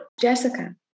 Jessica